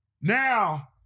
Now